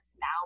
now